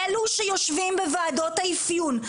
אלה שיושבים בוועדות האפיון,